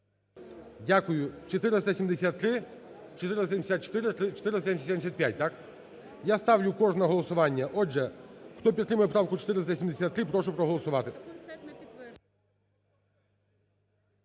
Дякую. 473, 474, 475 – так? Я ставлю кожне голосування. Отже, хто підтримує правку 473, прошу проголосувати.